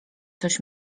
coś